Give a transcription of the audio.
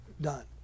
done